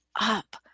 up